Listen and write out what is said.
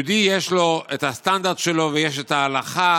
ליהודי יש את הסטנדרט שלו, ויש את ההלכה